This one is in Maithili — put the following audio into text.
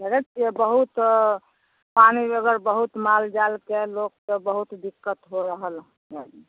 देखै छिए बहुत पानी बेगर बहुत मालजालके लोकके बहुत दिक्कत हो रहल हइ